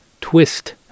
twist